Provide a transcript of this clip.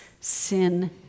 sin